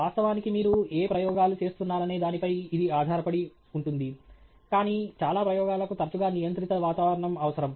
వాస్తవానికి మీరు ఏ ప్రయోగాలు చేస్తున్నారనే దానిపై ఇది ఆధారపడి ఉంటుంది కానీ చాలా ప్రయోగాలకు తరచుగా నియంత్రిత వాతావరణం అవసరం